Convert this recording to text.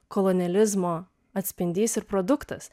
kolonializmo atspindys ir produktas